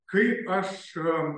kaip aš